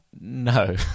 No